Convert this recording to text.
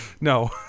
No